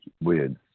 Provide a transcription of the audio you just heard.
weird